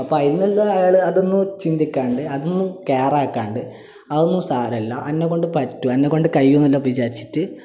അപ്പം അതിൽ നിന്നെല്ലാം അയാൾ അതൊന്നും ചിന്തിക്കാണ്ട് അതൊന്നും കെയറാക്കാണ്ട് അതൊന്നും സാരമില്ല എന്നെക്കൊണ്ട് പറ്റും എന്നെക്കൊണ്ട് കഴിയും എന്നെല്ലാം വിചാരിച്ചിട്ട്